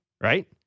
right